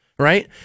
Right